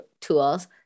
tools